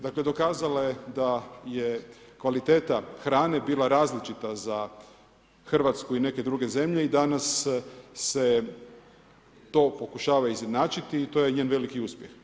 Dakle, dokazala je da je kvaliteta hrane bila različita za Hrvatsku i neke druge zemlje i danas se to pokušava izjednačiti i to je njen veliki uspjeh.